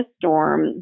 storm